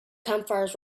campfires